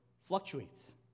fluctuates